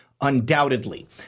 Undoubtedly